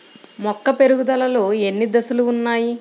మొక్క పెరుగుదలలో ఎన్ని దశలు వున్నాయి?